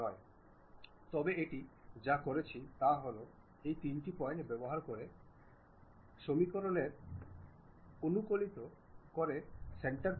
সুতরাং আমি যা করতে যাচ্ছি তা হল আমি এই কাট এর দিকে ক্লিক করছি